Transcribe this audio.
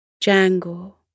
Jangle